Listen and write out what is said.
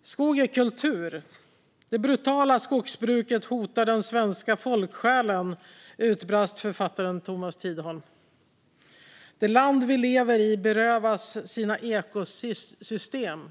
Skog är kultur. Det brutala skogsbruket hotar den svenska folksjälen, utbrast författaren Thomas Tidholm. Han skrev att det land vi lever i berövas sina ekosystem.